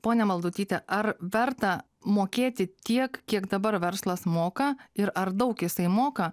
ponia maldutyte ar verta mokėti tiek kiek dabar verslas moka ir ar daug jisai moka